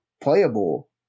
playable